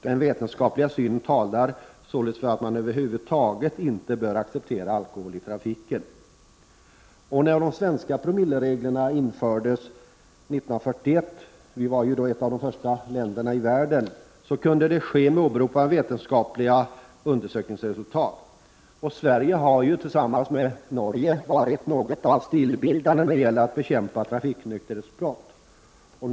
Den vetenskapliga synen talar således för att man över huvud taget inte bör acceptera alkohol i trafiken. När de svenska promillereglerna infördes 1941” — vi var ett av de första länderna i världen — ”kunde detta ske med åberopande av vetenskapliga —-—-—- undersökningsresultat.” Sverige har tillsammans med Norge varit stilbildande när det gäller att bekämpa trafiknykterhetsbrotten.